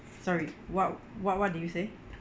sorry what what what did you say